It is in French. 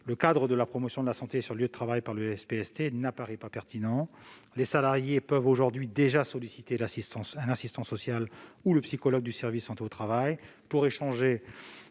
le cadre de la promotion de la santé sur le lieu de travail par le SPST ne paraît pas pertinent. Les salariés peuvent déjà solliciter aujourd'hui l'assistant social ou le psychologue du service de santé au travail pour aborder